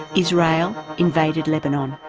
israel invaded lebanon,